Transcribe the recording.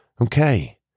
Okay